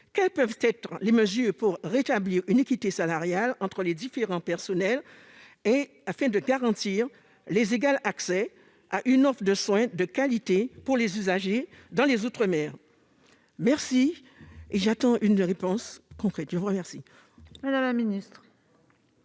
quelles mesures entendez-vous prendre pour rétablir une équité salariale entre les différents personnels et garantir l'égalité d'accès à une offre de soins de qualité pour les usagers dans les outre-mer ? J'attends une réponse concrète.